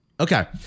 Okay